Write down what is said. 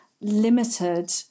limited